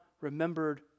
remembered